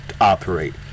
operate